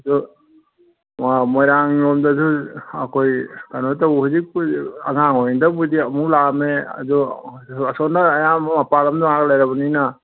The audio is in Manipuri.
ꯑꯗꯨ ꯃꯣꯏꯔꯥꯡ ꯂꯣꯝꯗꯁꯨ ꯑꯩꯈꯣꯏ ꯀꯩꯅꯣ ꯇꯧ ꯍꯧꯖꯤꯛꯄꯨꯗꯤ ꯑꯉꯥꯡ ꯑꯣꯏꯔꯤꯉꯩꯗꯕꯨꯗꯤ ꯑꯃꯨꯛ ꯂꯥꯛꯑꯝꯃꯦ ꯑꯗꯣ ꯑꯁꯣꯝꯗ ꯑꯌꯥꯝꯕ ꯃꯄꯥꯟ ꯂꯝꯗ ꯉꯥꯛ ꯂꯩꯔꯕꯅꯤꯅ